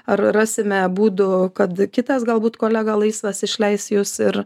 ar rasime būdų kad kitas galbūt kolega laisvas išleis jus ir